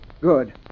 Good